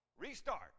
restart